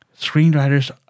Screenwriters